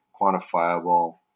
quantifiable